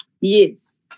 Yes